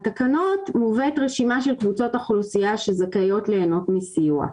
בתקנות מובאת רשימה של קבוצות אוכלוסייה שזכאיות ליהנות מסיוע,